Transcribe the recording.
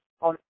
on